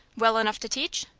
well enough to teach?